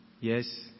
yes